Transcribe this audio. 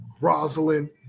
Rosalind